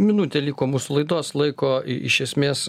minutė liko mūsų laidos laiko iš esmės